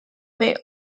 may